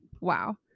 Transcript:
wow